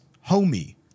homey